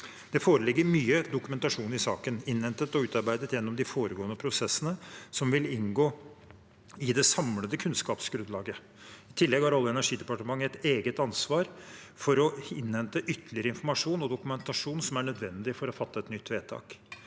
Det foreligger mye dokumentasjon i saken, innhentet og utarbeidet gjennom de foregående prosessene, som vil inngå i det samlede kunnskapsgrunnlaget. I tillegg har Olje- og energidepartementet et eget ansvar for å innhente ytterligere informasjon og dokumentasjon som er nødvendig for å fatte et nytt vedtak.